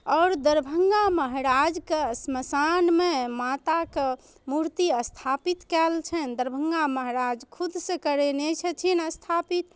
आओर दरभङ्गा महाराजके श्मशानमे माताके मूर्ति स्थापित कएल छनि दरभङ्गा महाराज खुदसँ करेने छथिन स्थापित